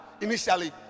initially